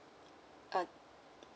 uh